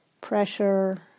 pressure